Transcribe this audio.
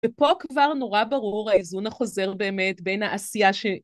ופה כבר נורא ברור ההיזון החוזר באמת בין העשייה ש...